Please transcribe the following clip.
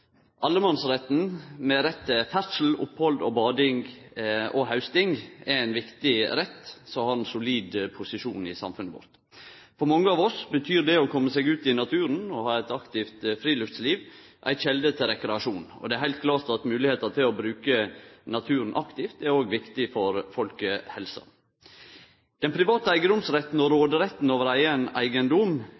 ein viktig rett som har ein solid posisjon i samfunnet vårt. For mange av oss er det å kome ut i naturen og ha eit aktivt friluftsliv ei kjelde til rekreasjon. Det er også heilt klart at molegheita til å bruke naturen aktivt òg er viktig for folkehelsa. Den private eigedomsretten og råderetten over eigen